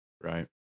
Right